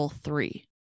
three